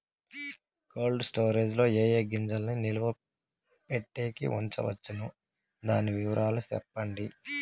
Cold storage లో ఏ ఏ గింజల్ని నిలువ పెట్టేకి ఉంచవచ్చును? దాని వివరాలు సెప్పండి?